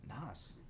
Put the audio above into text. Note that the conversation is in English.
Nice